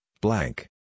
blank